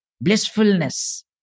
blissfulness